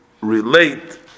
relate